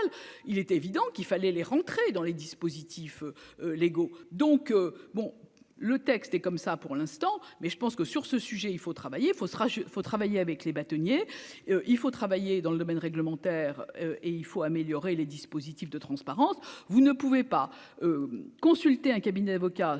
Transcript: il était évident qu'il fallait les rentrées dans les dispositifs légaux, donc bon le texte et comme ça, pour l'instant, mais je pense que sur ce sujet, il faut travailler faut sera faut travailler avec les bâtonniers il faut travailler dans le domaine réglementaire, et il faut améliorer les dispositifs de transparence, vous ne pouvez pas consulté un cabinet d'avocats